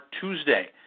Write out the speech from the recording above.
Tuesday